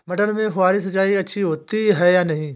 मटर में फुहरी सिंचाई अच्छी होती है या नहीं?